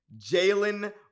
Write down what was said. Jalen